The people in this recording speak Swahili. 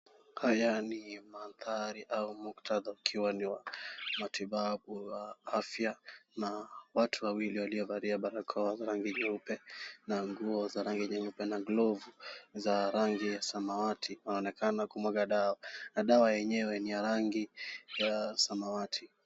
Haya ni madhaari au muktadha ukiwa ni wa matibabu wa afya na watu wawili waliovalia barakoa ya rangi nyeupe na nguo za rangi nyeupe na glovu za rangi ya samawati wanaonekana kumwaga dawa na dawa yenyewe ni ya rangi ya samawati.